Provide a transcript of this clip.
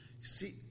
See